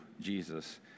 Jesus